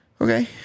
okay